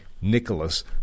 Nicholas